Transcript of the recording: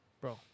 Bro